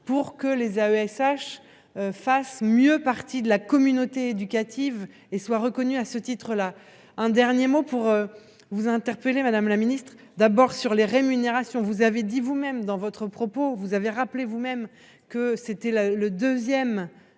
pour que les AESH. Fasse mieux partie de la communauté éducative et soit reconnue à ce titre-là. Un dernier mot pour vous interpeller madame la Ministre, d'abord sur les rémunérations. Vous avez dit vous-même dans votre propos, vous avez rappelé vous-même que c'était là le 2ème. La